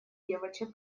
девочек